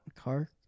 car